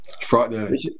Frightening